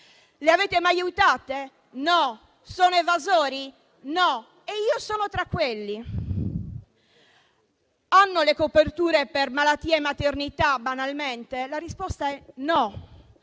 Le avete mai aiutate? No. Sono evasori? No. E io sono tra quelli. Hanno le coperture per malattia e maternità, banalmente? La risposta è no.